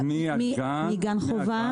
מהגן עד יב'.